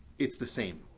it's the same.